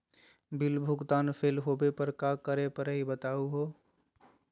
Bill भुगतान fail होवे पर का करै परही, बताहु हो?